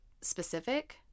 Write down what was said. specific